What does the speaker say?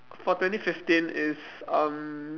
for twenty fifteen is um